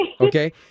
Okay